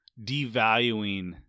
devaluing